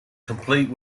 complete